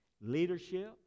Leadership